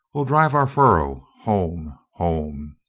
we'll drive our furrow home! home!